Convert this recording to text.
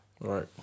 Right